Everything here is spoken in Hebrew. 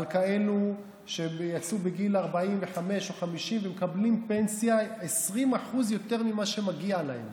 לכאלה שיצאו בגיל 45 או 50 ומקבלים פנסיה 20% יותר ממה שמגיע להם,